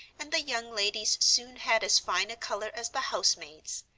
and the young ladies soon had as fine a color as the housemaids.